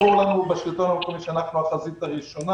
ברור לנו בשלטון המקומי שאנחנו החזית הראשונה.